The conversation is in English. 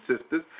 sisters